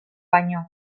baino